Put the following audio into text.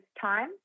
time